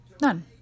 None